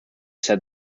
said